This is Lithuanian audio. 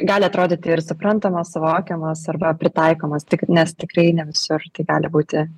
gali atrodyti ir suprantamos suvokiamos arba pritaikomos tik nes tikrai ne visur tai gali būti